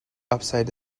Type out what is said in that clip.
upside